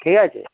ঠিক আছে